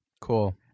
Cool